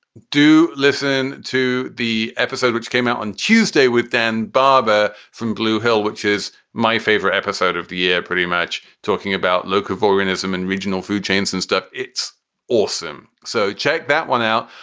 do listen to the episode which came out on tuesday with dan barber from glew hill, which is my favorite episode of the year. pretty much talking about local voyeurism in regional food chains and stuff. it's awesome. so check that one out.